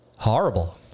Horrible